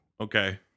Okay